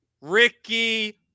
Ricky